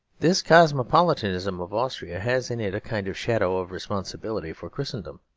this cosmopolitanism of austria has in it a kind of shadow of responsibility for christendom.